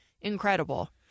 incredible